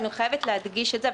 אני חייבת להדגיש את זה.